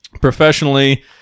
professionally